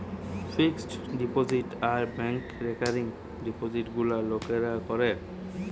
fixed deposit আর ব্যাংকে recurring ডিপোজিটে গুলা লোকরা করে